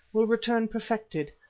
will return perfected,